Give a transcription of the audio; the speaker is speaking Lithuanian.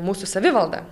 mūsų savivalda